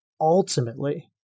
ultimately